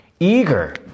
eager